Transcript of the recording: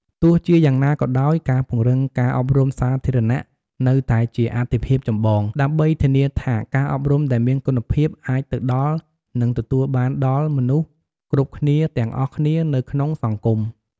ទោះជាយ៉ាងណាក៏ដោយ ការពង្រឹងការអប់រំសាធារណៈនៅតែជាអាទិភាពចម្បង ដើម្បីធានាថាការអប់រំដែលមានគុណភាពអាចទៅដល់ និងទទួលបានដល់មនស្សគ្រប់គ្នាទាំងអស់គ្នានៅក្នុងសង្គម។